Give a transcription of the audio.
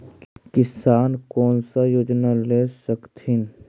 किसान कोन सा योजना ले स कथीन?